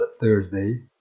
Thursday